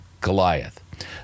Goliath